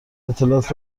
اطلاعات